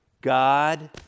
God